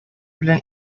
белән